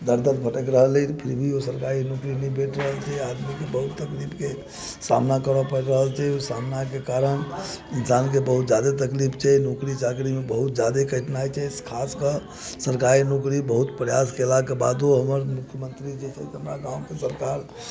दर दर भटकि रहल अछि फिर भी सरकारी नौकरी नहि भेट रहल छै आदमीके बहुत तकलीफके सामना करय पड़ि रहल छै ओहि सामनाके कारण इंसानके बहुत ज्यादा तकलीफ छै नौकरी चाकरीमे बहुत ज्यादा कठिनाइ छै खास कऽ सरकारी नौकरी बहुत प्रयास कयलाक बादो हमर मुख्यमंत्रीजी हम तऽ सरकार